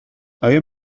آیا